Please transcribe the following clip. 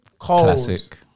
Classic